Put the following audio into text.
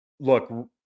Look